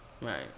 right